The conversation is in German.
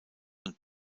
und